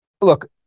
look